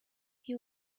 you